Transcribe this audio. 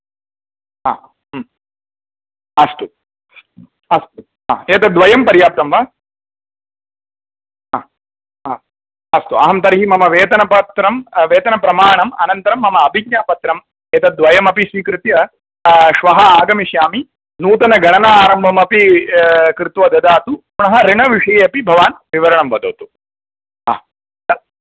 हा अस्तु अस्तु हा एतद्वयं पर्याप्तं वा हा हा अस्तु अहं तर्हि मम वेतनपत्रं वेतनप्रमाणम् अनन्तरं मम अभिज्ञापत्रम् एतद्वयमपि स्वीकृत्य श्वः आगमिष्यामि नूतनगणना आरम्भमपि कृत्वा ददातु पुनः ऋणविषये अपि भवान् विवरणं वदतु हा